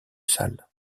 sales